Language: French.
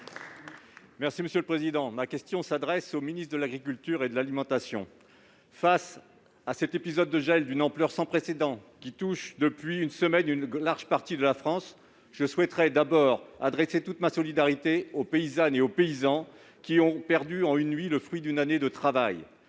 Territoires. Ma question s'adresse à M. le ministre de l'agriculture et de l'alimentation. Face à l'épisode de gel d'une ampleur sans précédent qui touche depuis une semaine une large partie de la France, je souhaiterais tout d'abord adresser toute ma solidarité aux paysannes et aux paysans qui ont perdu, en une nuit, les fruits d'une année de travail.